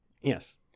Yes